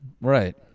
Right